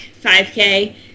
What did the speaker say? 5k